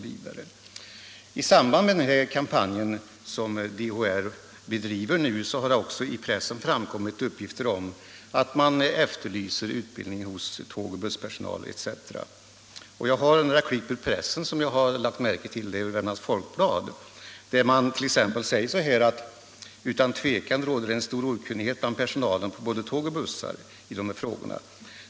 I samband med den kampanj som DHR nu bedriver har det också i pressen förekommit uppgifter om att man efterlyser utbildning av tåg 4l och busspersonal om de handikappades problem. Jag har några klipp ur pressen, bl.a. ett från Värmlands Folkblad där det står: ”Utan tvekan råder det en stor okunnighet bland personalen på både tåg och bussar.